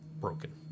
broken